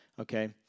Okay